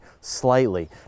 slightly